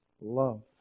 Love